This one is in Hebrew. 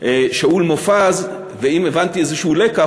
שאול מופז, ואם הבנתי איזשהו לקח,